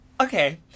Okay